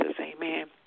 amen